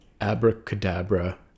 Abracadabra